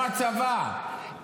כמו הצבא.